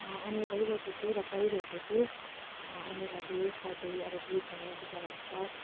MA गरिरहेको छु र पढिरहेको छु एमए गर्दै पढ्दै अब बिएड गर्ने विचारहरू छ